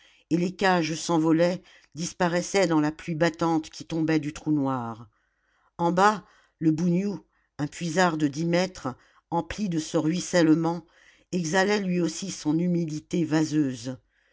et les cages s'envolaient disparaissaient dans la pluie battante qui tombait du trou noir en bas le bougnou un puisard de dix mètres empli de ce ruissellement exhalait lui aussi son humidité vaseuse